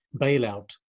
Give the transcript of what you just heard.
bailout